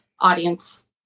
audience